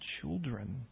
children